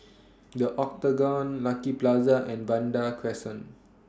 The Octagon Lucky Plaza and Vanda Crescent